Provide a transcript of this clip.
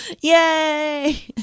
Yay